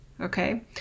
Okay